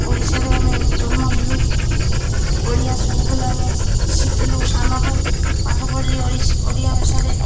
ଓଡ଼ିଶାରେ ଆମେ ଜନ୍ମ ହେଲୁ ଓଡ଼ିଆ ସବୁବେଲେ ଆମେ ଶିଖିଲୁ ସାନରୁ ପାଠ ପଢ଼ିଲି ଓଡ଼ିଆ ଭାଷାରେ